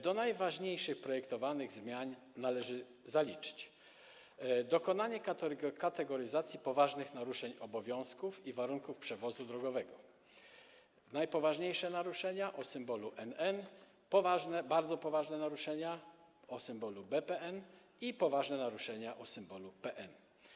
Do najważniejszych projektowanych zmian należy zaliczyć dokonanie kategoryzacji poważnych naruszeń obowiązków i warunków przewozu drogowego: najpoważniejsze naruszenia o symbolu NN, bardzo poważne naruszenia o symbolu BPN i poważne naruszenia o symbolu PN.